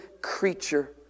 creature